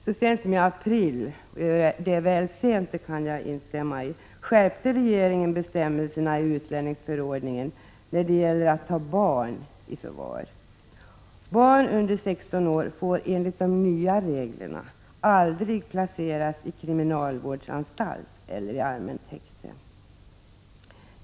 Så sent som i april — att det är väl sent instämmer jag i — skärpte regeringen bestämmelserna i utlänningsförordningen när det gäller att ta barn i förvar. Barn under 16 år får enligt de nya reglerna aldrig placeras i kriminalvårdsanstalt eller i allmänt häkte.